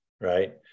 right